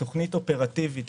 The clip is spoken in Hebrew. תוכנית אופרטיבית,